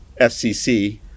FCC